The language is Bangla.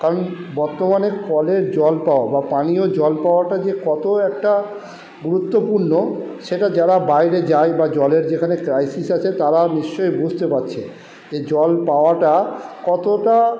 কারণ বর্তমানে কলের জল পাওয়া বা পানীয় জল পাওয়াটা যে কত একটা গুরুত্বপূর্ণ সেটা যারা বাইরে যায় বা জলের যেখানে ক্রাইসিস আছে তারা নিশ্চই বুঝতে পারছে যে জল পাওয়াটা কতটা